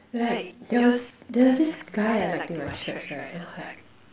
like there was there was this guy I liked in my church right then I was like